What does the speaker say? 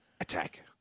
Attack